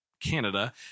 Canada